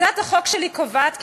הצעת החוק שלי קובעת,